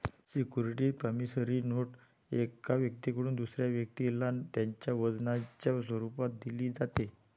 security promissory note एका व्यक्तीकडून दुसऱ्या व्यक्तीला त्याच्या वचनाच्या स्वरूपात दिली जाते